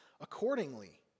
accordingly